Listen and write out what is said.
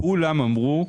כולם אמרו,